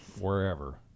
wherever